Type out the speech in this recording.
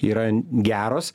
yra geros